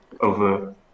over